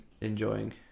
enjoying